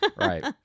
Right